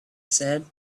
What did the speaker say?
said